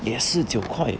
也是九块